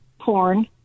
porn